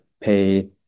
pay